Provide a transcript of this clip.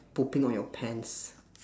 pooping on your pants